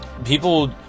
people